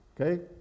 Okay